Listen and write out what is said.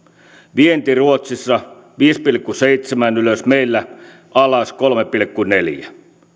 vienti ruotsissa viisi pilkku seitsemän ylös meillä alas kolme pilkku neljä